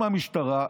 מהמשטרה,